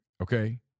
Okay